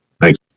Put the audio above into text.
Thanks